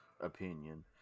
opinion